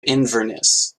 inverness